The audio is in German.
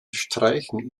streichen